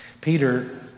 Peter